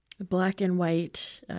black-and-white